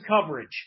coverage